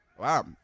Wow